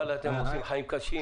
ואללה, אתם עושים חיים קשים.